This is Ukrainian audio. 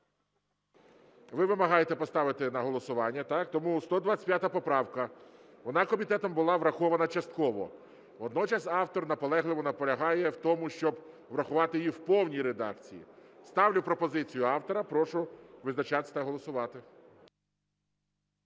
Ви вимагаєте поставити на голосування. Так, тому 125 поправка, вона комітетом була врахована частково. Водночас автор наполегливо наполягає на тому, щоб врахувати її в повній редакції. Ставлю пропозицію автора, прошу визначатися та голосувати.